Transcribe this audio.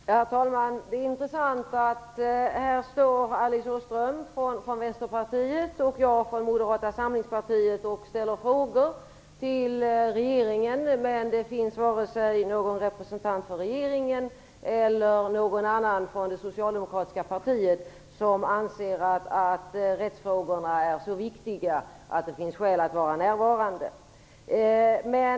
Herr talman! Det är intressant att Alice Åström från Vänsterpartiet och jag från Moderata samlingspartiet står här och ställer frågor till regeringen. Men det finns ingen representant för regeringen eller för det socialdemokratiska partiet som anser att rättsfrågorna är så viktiga att det finns skäl att nu vara närvarande i kammaren.